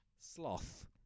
Sloth